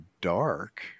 dark